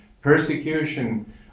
persecution